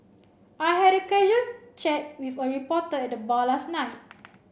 I had a casual chat with a reporter at the bar last night